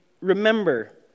remember